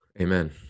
Amen